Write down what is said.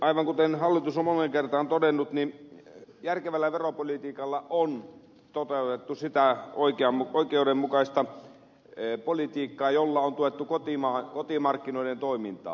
aivan kuten hallitus on moneen kertaan todennut järkevällä veropolitiikalla on toteutettu sitä oikeudenmukaista politiikkaa jolla on tuettu kotimarkkinoiden toimintaa